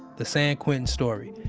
the san quentin story.